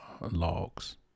logs